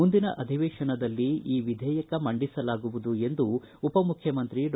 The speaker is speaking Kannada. ಮುಂದಿನ ಅಧಿವೇಶನದಲ್ಲಿ ಈ ವಿಧೇಯಕ ಮಂಡಿಸಲಾಗುವುದು ಎಂದು ಉಪಮುಖ್ಯಮಂತ್ರಿ ಡಾ